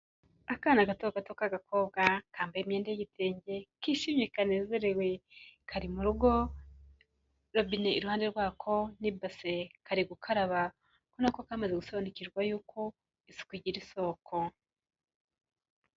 Akana gato gato k'agakobwa, kambaye imyenda y'igitenge, kishimye kanezerewe, kari mu rugo, robine iruhande rwako n'ibase, kari gukaraba ubona ko kamaze gusobanukirwa yuko isuku igira isoko.